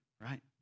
right